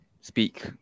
Speak